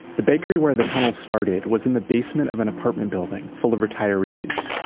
the bakery where the tunnel started was in the basement of an apartment building, full of retirees.